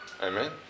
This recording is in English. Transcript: amen